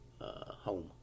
home